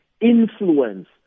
influence